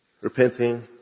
Repenting